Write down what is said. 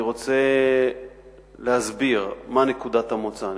אני רוצה להסביר מה נקודת המוצא.